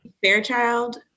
Fairchild